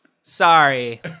Sorry